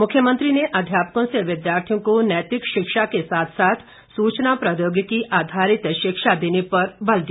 मुख्यमंत्री ने अध्यापकों से विद्यार्थियों को नैतिक शिक्षा के साथ साथ सूचना प्रौद्योगिकी आधारित शिक्षा देने पर बल दिया